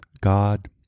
God